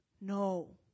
No